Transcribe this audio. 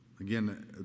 again